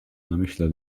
namyśle